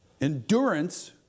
Endurance